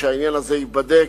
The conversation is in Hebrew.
שהעניין הזה ייבדק,